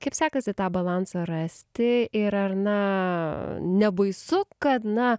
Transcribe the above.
kaip sekasi tą balansą rasti ir ar na nebaisu kad na